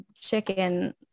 chicken